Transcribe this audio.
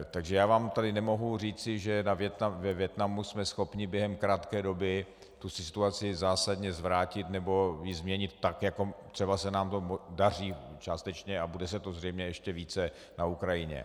Takže vám tady nemohu říci, že ve Vietnamu jsme schopni během krátké doby tu situaci zásadně zvrátit nebo ji změnit tak, jako třeba se nám to daří částečně a bude se to zřejmě ještě více na Ukrajině.